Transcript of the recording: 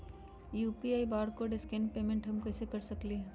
UPI barcode scan payment हम कईसे कर सकली ह?